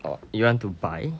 orh you want to buy